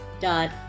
dot